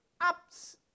ups